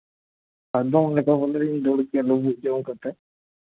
ᱞᱩᱵᱩᱜ ᱡᱚᱢ ᱠᱟᱛᱮ